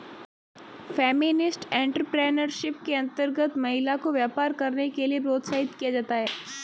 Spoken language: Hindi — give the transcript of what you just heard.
फेमिनिस्ट एंटरप्रेनरशिप के अंतर्गत महिला को व्यापार करने के लिए प्रोत्साहित किया जाता है